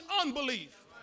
unbelief